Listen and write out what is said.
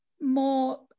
more